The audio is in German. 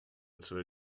zur